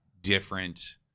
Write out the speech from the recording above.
different